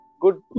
Good